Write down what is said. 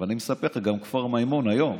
אבל אני מספר לך שגם כפר מימון, היום,